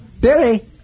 Billy